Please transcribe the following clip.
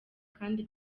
kandi